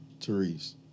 Therese